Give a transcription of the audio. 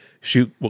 shoot